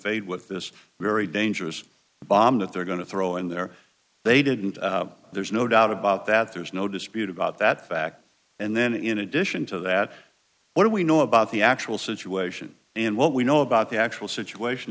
fate with this very dangerous bomb that they're going to throw in there they didn't there's no doubt about that there's no dispute about that fact and then in addition to that what do we know about the actual situation and what we know about the actual situation